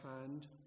hand